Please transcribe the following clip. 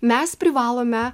mes privalome